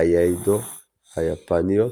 איאיידו היפניות,